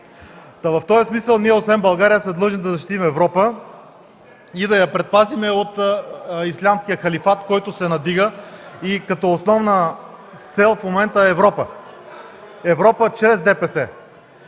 В този смисъл ние освен България сме длъжни да защитим Европа и да я предпазим от ислямския халифат, който се надига, и като основна цел в момента е Европа. Европа чрез ДПС.